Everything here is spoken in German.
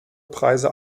preise